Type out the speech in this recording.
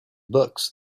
books